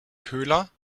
köhler